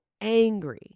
angry